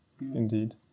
Indeed